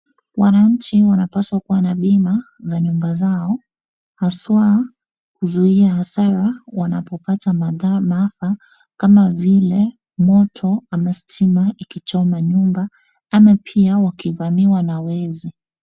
Wananchi wanapaswa kuwa na bima za nyumba zao hasa kuzuia hasara wanapopata maafa kama vile moto ama stima ikichoma nyumba. Ama pia wakivamiwa na wezi.